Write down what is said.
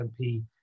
MP